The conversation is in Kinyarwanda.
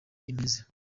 imeze